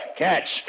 catch